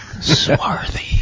Swarthy